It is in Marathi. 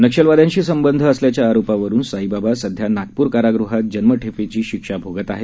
नक्षलवाद्यांशी संबंध असल्याच्या आरोपावरुन साईबाबा सध्या नागपूर कारागृहात जन्मठेपेची शिक्षा भोगत आहेत